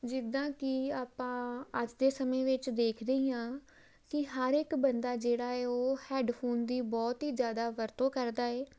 ਜਿੱਦਾਂ ਕਿ ਆਪਾਂ ਅੱਜ ਦੇ ਸਮੇਂ ਵਿੱਚ ਦੇਖਦੇ ਹੀ ਹਾਂ ਕਿ ਹਰ ਇੱਕ ਬੰਦਾ ਜਿਹੜਾ ਹੈ ਉਹ ਹੈੱਡਫੋਨ ਦੀ ਬਹੁਤ ਹੀ ਜ਼ਿਆਦਾ ਵਰਤੋਂ ਕਰਦਾ ਹੈ